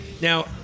Now